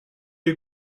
you